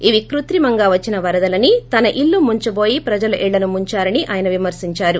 ఇవి కృత్రిమంగా వచ్చిన వరదలని తన ఇల్లు ముంచటోయి ప్రజల ఇళ్లను ముందారని ఆయన విమర్పించారు